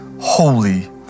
holy